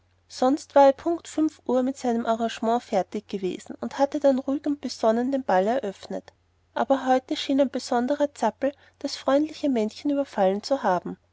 sonst war er punkt fünf uhr mit seinem arrangement fertig gewesen und hatte dann ruhig und besonnen den ball eröffnet aber heute schien ein sonderbarer zappel das freundliche männchen überfallen zu haben